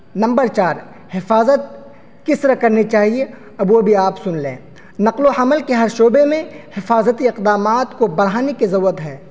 number چار حفاظت کس طرح کرنی چاہیے اب وہ بھی آپ سن لیں نقل و حمل کے ہر شعبے میں حفاظتی اقدامات کو بڑھانے کی ضرورت ہے